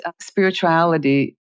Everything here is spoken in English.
spirituality